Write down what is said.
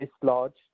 dislodged